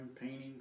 painting